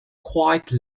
quite